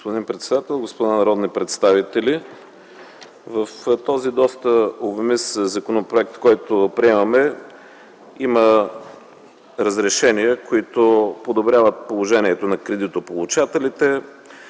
Господин председател, господа народни представители! В този доста обемист законопроект, който приемаме, има разрешения, които подобряват положението на кредитополучателите: